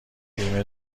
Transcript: بیمه